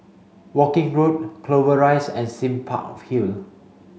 Woking Road Clover Rise and Sime Park Hill